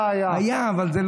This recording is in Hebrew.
היה, היה.